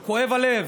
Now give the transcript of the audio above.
זה כואב הלב.